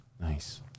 nice